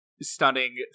stunning